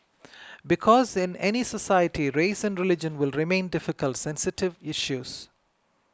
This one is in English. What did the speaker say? because in any society race and religion will remain difficult sensitive issues